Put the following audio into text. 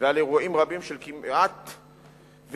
ועל אירועים רבים של "כמעט ונפגע".